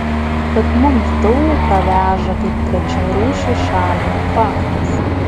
kad mums daug ką veža kaip trečiarūšei šaliai faktas